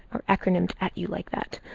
or acronymed at you like that.